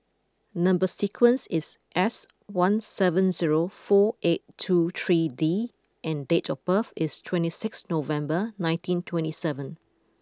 number sequence is S one seven zero four eight two three D and date of birth is twenty six November nineteen twenty seven